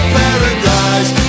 paradise